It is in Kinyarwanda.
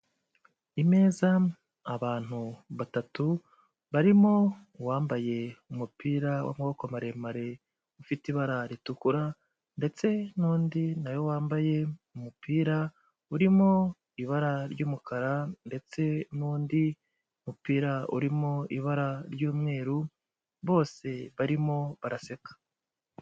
Imeza, abantu batatu barimo uwambaye umupira w'amaboko maremare, ufite ibara ritukura ndetse n'undi nawe wambaye umupira urimo ibara ry'umukara ndetse n'undi mupira urimo ibara ry'umweru, bose barimo baraseka.